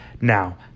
Now